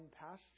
pasture